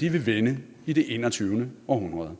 vil vinde i det 21. århundrede.